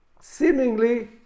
seemingly